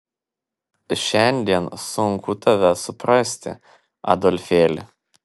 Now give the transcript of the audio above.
šiandien sunku tave suprasti adolfėli